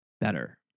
better